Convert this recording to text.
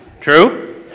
True